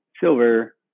silver